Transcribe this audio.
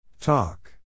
Talk